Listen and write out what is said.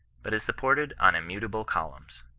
but is supported on immutable columns.